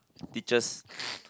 teachers